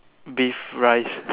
beef rice